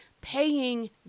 paying